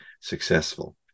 successful